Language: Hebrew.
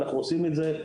אנחנו עושים את זה.